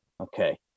okay